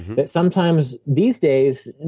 that sometimes these days, and